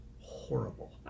horrible